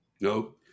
No